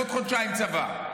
עוד חודשיים צבא,